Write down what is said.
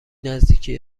نزدیکی